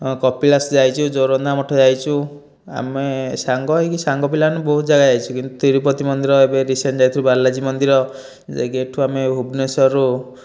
କପିଳାଶ ଯାଇଛୁ ଜୋରନ୍ଦା ମଠ ଯାଇଛୁ ଆମେ ସାଙ୍ଗ ହୋଇକି ସାଙ୍ଗପିଲାମାନେ ବହୁତ ଜାଗା ଯାଇଛୁ କିନ୍ତୁ ତିରୁପତି ମନ୍ଦିର ଏବେ ରିସେଣ୍ଟ ଯାଇଥିଲୁ ବାଲାଜୀ ମନ୍ଦିର ଯାଇକି ଏଠୁ ଆମେ ଭୁବନେଶ୍ୱରରୁ